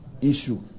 issue